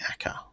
Acker